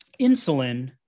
insulin